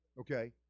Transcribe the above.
Okay